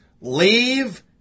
leave